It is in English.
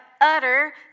utter